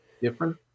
different